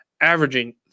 averaging